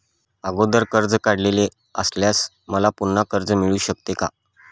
अगोदर कर्ज काढलेले असल्यास मला पुन्हा कर्ज मिळू शकते का?